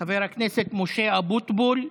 חבר הכנסת משה אבוטבול,